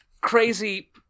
crazy